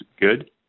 good